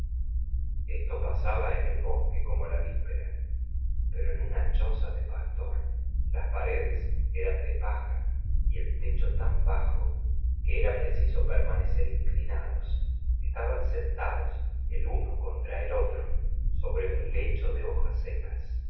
esto pasaba en el bosque como la víspera pero en una choza de pastor las paredes eran de paja y el techo tan bajo que era preciso permanecer inclinados estaban sentados el uno contra el otro sobre un lecho de hojas secas